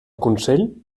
consell